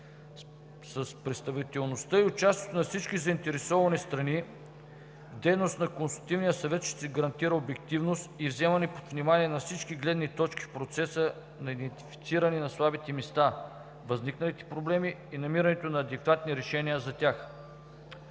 С представителността и участието на всички заинтересовани страни дейността на Консултативния съвет ще гарантира обективност и вземане под внимание на всички гледни точки в процеса на идентифициране на слабите места, възникналите проблеми и намирането на адекватни решения за тях.